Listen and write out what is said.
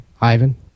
Ivan